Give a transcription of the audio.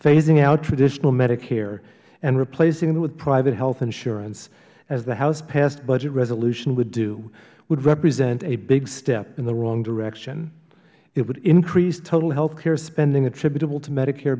phasing out traditional medicare and replacing it with private health insurance as the housepassed budget resolution would do would represent a big step in the wrong direction it would increase total health care spending attributable to medicare